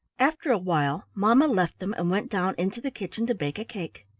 after a while mamma left them and went down into the kitchen to bake a cake.